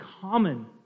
common